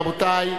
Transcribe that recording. רבותי,